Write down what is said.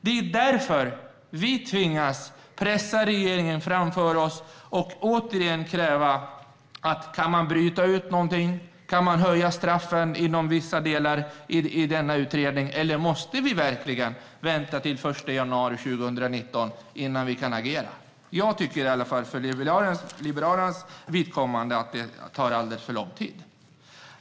Det är därför vi tvingas pressa regeringen framför oss och återigen kräva svar på om man kan bryta ut någonting ur denna utredning, om man kan höja straffen inom vissa delar eller om vi verkligen måste vänta till den 1 januari 2019 innan vi kan agera. Jag tycker, i alla fall för Liberalernas vidkommande, att det tar alldeles för lång tid.